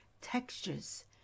textures